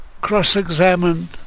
cross-examined